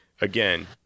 again